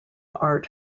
art